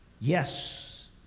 Yes